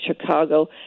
Chicago